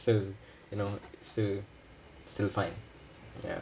still you know still still fine ya